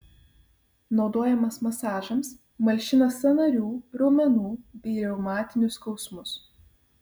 naudojamas masažams malšina sąnarių raumenų bei reumatinius skausmus